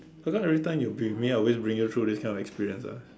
how come every time you with me I always bring you through these kind of experience ah